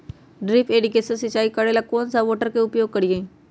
Drip irrigation सिंचाई करेला कौन सा मोटर के उपयोग करियई?